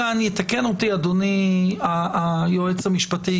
יתקן אותי אדוני היועץ המשפטי,